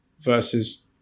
versus